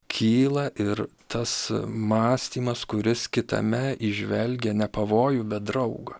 kyla ir tas mąstymas kuris kitame įžvelgia ne pavojų bet draugą